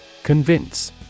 Convince